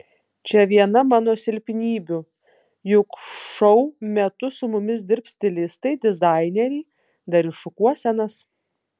čia viena mano silpnybių juk šou metu su mumis dirbs stilistai dizaineriai darys šukuosenas